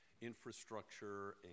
infrastructure